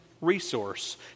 Resource